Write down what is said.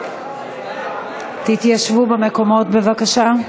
תתיישבו במקומות בבקשה.